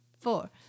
four